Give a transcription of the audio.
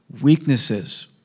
weaknesses